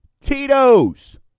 Tito's